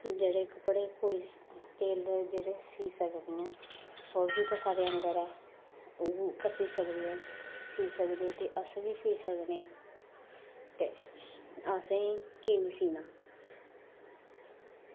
जेह्ड़े कपड़े टेल्लर सीऽ सकदी ऐ ओह् बी ते साढ़े आंह्गर ऐ ओह् कीऽ सकदे ऐं ते अस बी सीऽ सकदे ऐं ते अ'सें कीऽ नेईं सीना